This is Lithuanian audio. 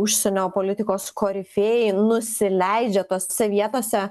užsienio politikos korifėjai nusileidžia tose vietose